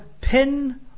pin